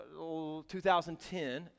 2010